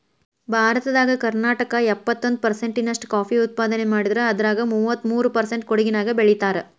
ಭಾರತದಾಗ ಕರ್ನಾಟಕ ಎಪ್ಪತ್ತೊಂದ್ ಪರ್ಸೆಂಟ್ ನಷ್ಟ ಕಾಫಿ ಉತ್ಪಾದನೆ ಮಾಡಿದ್ರ ಅದ್ರಾಗ ಮೂವತ್ಮೂರು ಪರ್ಸೆಂಟ್ ಕೊಡಗಿನ್ಯಾಗ್ ಬೆಳೇತಾರ